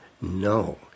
no